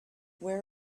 where